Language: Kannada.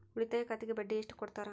ಉಳಿತಾಯ ಖಾತೆಗೆ ಬಡ್ಡಿ ಎಷ್ಟು ಕೊಡ್ತಾರ?